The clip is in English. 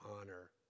honor